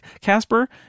Casper